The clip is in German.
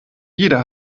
jeder